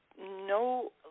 no